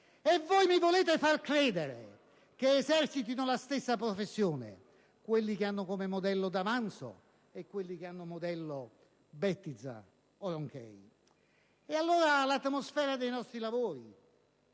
Voi mi volete far credere che esercitino la stessa professione quelli che hanno come modello D'Avanzo e quelli che hanno come modello Bettiza o Ronchey? L'atmosfera dei nostri lavori,